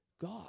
God